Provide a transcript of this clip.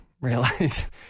realize